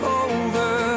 over